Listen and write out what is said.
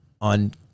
on